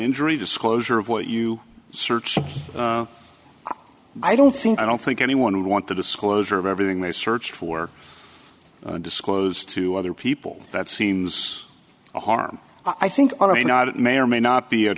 injury disclosure of what you search i don't think i don't think anyone would want the disclosure of everything they searched for disclosed to other people that seems a harm i think i may not it may or may not be a